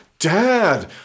Dad